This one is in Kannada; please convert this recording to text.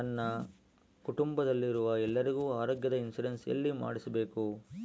ನನ್ನ ಕುಟುಂಬದಲ್ಲಿರುವ ಎಲ್ಲರಿಗೂ ಆರೋಗ್ಯದ ಇನ್ಶೂರೆನ್ಸ್ ಎಲ್ಲಿ ಮಾಡಿಸಬೇಕು?